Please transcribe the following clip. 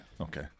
Okay